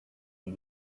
and